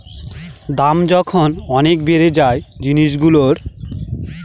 দাম যখন অনেক বেড়ে যায় জিনিসগুলোর